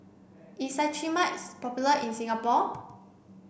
is Cetrimide is popular in Singapore